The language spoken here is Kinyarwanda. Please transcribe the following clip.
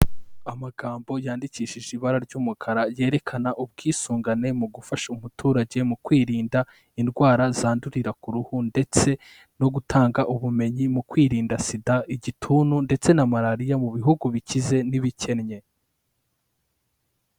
Amagambo yandikishije ibara ry'umukara yerekana ubwisungane mu gufasha umuturage mu kwirinda indwara zandurira ku ruhu ndetse no gutanga ubumenyi mu kwirinda Sida, igituntu ndetse na malariya mu bihugu bikize n'ibikennye.